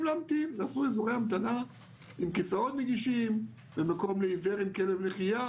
להמתין ועשו אזורי המתנה עם כיסאות נגישים ומקום לעיוור עם כלב נחייה